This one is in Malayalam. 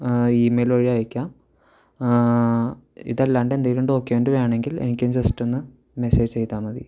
ഇ മെയിൽ വഴി അയക്കാം ഇതല്ലാണ്ട് എന്തെങ്കിലും ഡോക്യുമെൻ്റ് വേണമെങ്കിൽ എനിക്ക് ജസ്റ്റ് ഒന്ന് മെസ്സേജ് ചെയ്താല് മതി